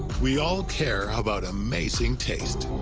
we all care about amazing taste.